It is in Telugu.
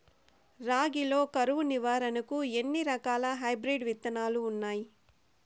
రాగి లో కరువు నివారణకు ఎన్ని రకాల హైబ్రిడ్ విత్తనాలు ఉన్నాయి